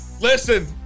Listen